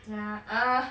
yeah uh